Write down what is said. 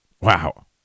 Wow